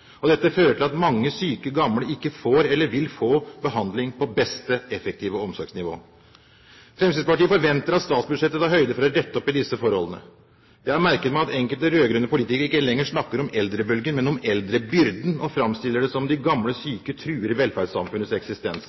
sykehjemsplasser. Dette fører til at mange syke gamle ikke får eller vil få behandling på beste effektive omsorgsnivå. Fremskrittspartiet forventer at statsbudsjettet tar høyde for å rette opp i disse forholdene. Jeg har merket meg at enkelte rød-grønne politikere ikke lenger snakker om eldrebølgen, men om eldrebyrden, og framstiller det som om de gamle syke truer velferdssamfunnets eksistens.